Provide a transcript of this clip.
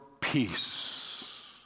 peace